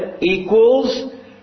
equals